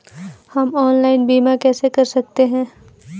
हम ऑनलाइन बीमा कैसे कर सकते हैं?